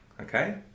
okay